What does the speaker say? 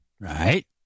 Right